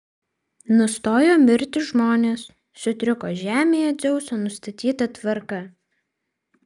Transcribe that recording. nustojo mirti žmonės sutriko žemėje dzeuso nustatyta tvarka